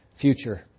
future